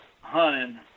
hunting